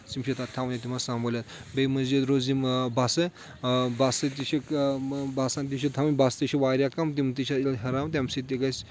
تِم چھِ تتھ تھاوٕنۍ تِمن سمبٲلِتھ بیٚیہِ مٔزیٖد روٗز یِم بَسہٕ بَسہٕ تہِ چھِ بسن تہِ چھِ تھاوٕنۍ بَسہٕ تہِ چھِ واریاہ کم تِم تہِ چھِ ییٚلہِ ہُرراوٕنۍ تمہِ سۭتۍ تہِ گژھِ